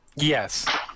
Yes